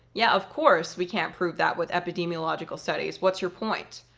yeah, of course we can't prove that with epidemiological studies, what's your point?